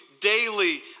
daily